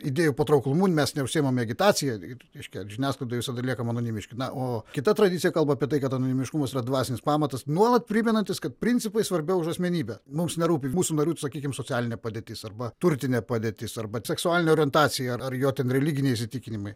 idėjų patrauklumu mes neužsiimame agitaciją ir reiškia žiniasklaidoje visada liekame anonimiški na o kita tradicija kalba apie tai kad anonimiškumas yra dvasinis pamatas nuolat primenantis kad principai svarbiau už asmenybę mums nerūpi mūsų narių sakykim socialinė padėtis arba turtinė padėtis arba seksualinė orientacija ar jo ten religiniai įsitikinimai